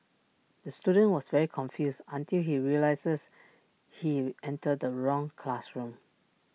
the student was very confused until he realised he entered the wrong classroom